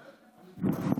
בסדר,